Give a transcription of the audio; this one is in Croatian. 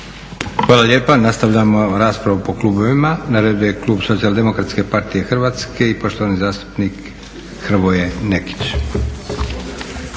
Hvala lijepa. Nastavljamo raspravu po klubovima. Na redu je klub Socijal-demokratske partije Hrvatske i poštovani zastupnik Hrvoje Nekić.